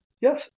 Yes